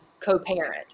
co-parent